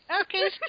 Okay